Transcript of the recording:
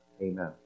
Amen